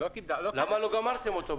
למה לא גמרתם אותו?